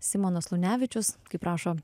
simonas lunevičius kaip rašo